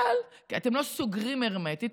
אתם לא סוגרים הרמטית,